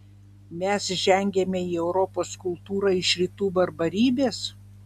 mes žengiame į europos kultūrą iš rytų barbarybės